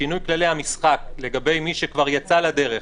שינוי כללי המשחק לגבי מי שכבר יצא לדרך,